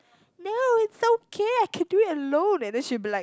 no it's okay I can do it alone and then she will be like